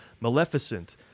Maleficent